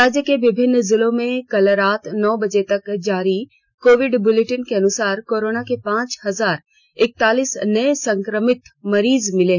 राज्य के विभिन्न जिलों में कल रात नौ बजे तक जारी कोविड बुलेटिन के अनुसार कोरोना के पांच हजार इकतालीस नए संक्रमित मरीज मिले